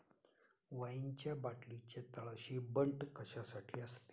वाईनच्या बाटलीच्या तळाशी बंट कशासाठी असते?